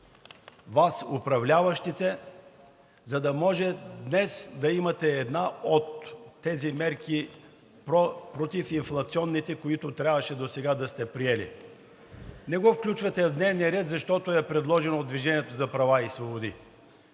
Вас, управляващите, за да може днес да имате една от тези мерки против инфлационните, които трябваше досега да сте приели. Не го включвате в дневния ред, защото е предложено от „Движение за права и свободи“.